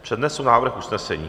Přednesu návrh usnesení.